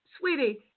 Sweetie